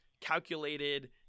calculated